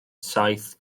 saith